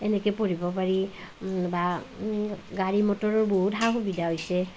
এনেকৈ পঢ়িব পাৰি বা গাড়ী মটৰৰো বহুত সা সুবিধা হৈছে